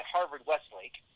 Harvard-Westlake